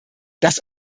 das